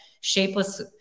shapeless